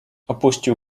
opuścił